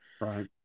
Right